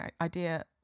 idea